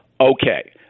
Okay